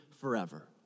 forever